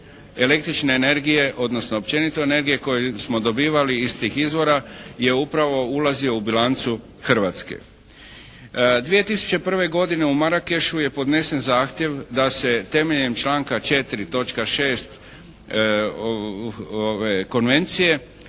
električne energije odnosno općenito energije koji smo dobivali iz tih izvora je upravo ulazio u bilancu Hrvatske. 2001. godine u Marakešu je podnesen zahtjev da se temeljem članka 4. točka